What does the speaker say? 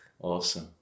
Awesome